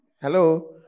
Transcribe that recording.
Hello